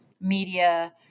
media